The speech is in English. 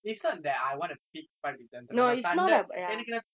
எனக்கு தெரியணும்:enakku theiyanum like and I am a person ah I don't usually get angry